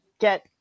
get